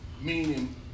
meaning